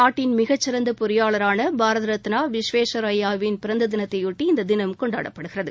நாட்டின் மிகச்சிறந்த பொறியாளரான பாரத ரத்னா விஸ்வேஷ்வரய்யா விள் பிறந்த தினத்தைபொட்டி இந்த தினம் கொண்டாடப்படுகிறது